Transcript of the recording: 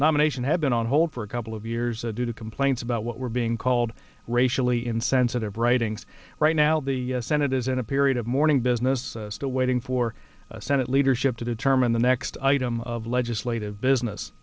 nomination had been on hold for a couple of years and due to complaints about what were being called racially insensitive writings right now the senate is in a period of mourning business still waiting for senate leadership to determine the next item of legislative business